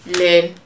learn